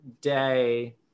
day